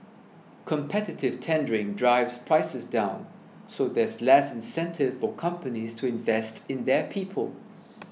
competitive tendering drives prices down so there's less incentive for companies to invest in their people